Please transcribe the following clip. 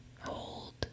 Hold